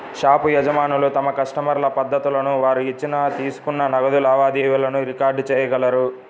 shop యజమానులు తమ కస్టమర్ల పద్దులను, వారు ఇచ్చిన, తీసుకున్న నగదు లావాదేవీలను రికార్డ్ చేయగలరు